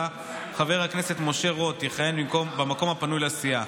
יכהן חבר הכנסת משה רוט יכהן במקום הפנוי לסיעה.